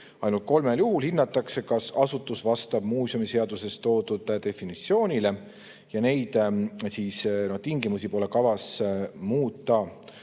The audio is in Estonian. Ainult kolmel juhul hinnatakse, kas asutus vastab muuseumiseaduses esitatud definitsioonile, ja neid tingimusi pole kavas muuta.